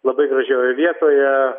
labai gražioje vietoje